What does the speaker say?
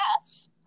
yes